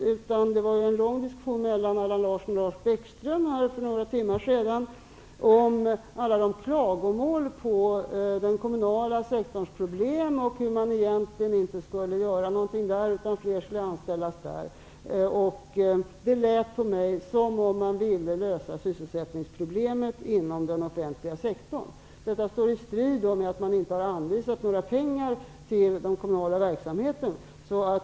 För några timmar sedan var det en lång diskussion mellan Allan Larsson och Lars Bäckström om alla klagomål på den kommunala sektorns problem. Det sades att man egentligen inte skulle göra något utan att flera skulle anställas. Det lät som om han ville lösa sysselsättningsproblemet inom den offentliga sektorn. Detta står i strid med att man inte har anvisat några pengar till den kommunala verksamheten.